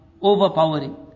overpowering